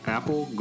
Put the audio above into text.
Apple